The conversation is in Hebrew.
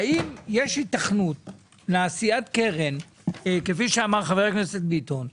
האם יש היתכנות לעשיית קרן כפי שאמר חבר הכנסת ביטון,